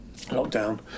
lockdown